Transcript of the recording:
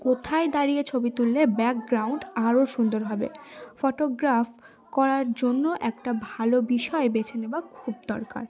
কোথায় দাঁড়িয়ে ছবি তুললে ব্যাকগ্রাউন্ড আরও সুন্দর হবে ফটোগ্রাফ করার জন্য একটা ভালো বিষয় বেছে নেওয়া খুব দরকার